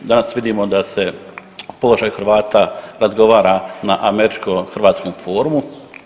Danas vidimo da se o položaju Hrvata razgovara na američko-hrvatskom forumu.